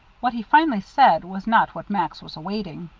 what he finally said was not what max was awaiting.